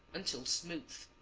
until smooth.